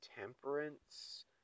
temperance